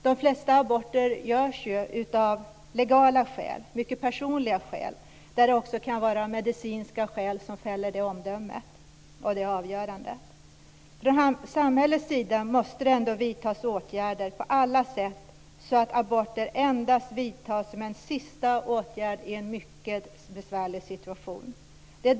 De flesta aborter görs ju av legala skäl, av mycket personliga skäl där det också kan vara medicinska skäl som fäller avgörandet. Från samhällets sida måste det ändå vidtas åtgärder på alla sätt så att aborter endast vidtas som en sista åtgärd i en mycket besvärlig situation.